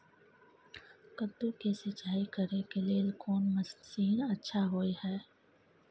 कद्दू के सिंचाई करे के लेल कोन मसीन अच्छा होय है?